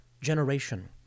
generation